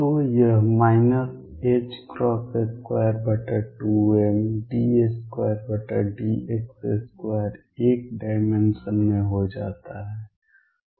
तो यह 22md2dx2 1 dimension में हो जाता है